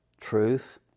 truth